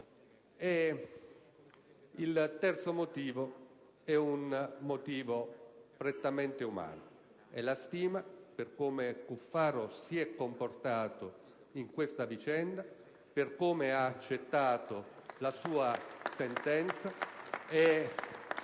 Il terzo motivo è prettamente umano. È la stima per come Cuffaro si è comportato in questa vicenda, per come ha accettato la sua sentenza.